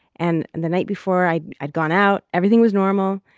and and the night before i'd i'd gone out, everything was normal.